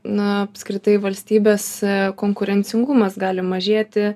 na apskritai valstybės konkurencingumas gali mažėti